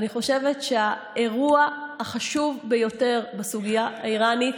אני חושבת שהאירוע החשוב ביותר בסוגיה האיראנית,